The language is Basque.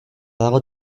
dago